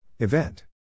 Event